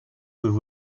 with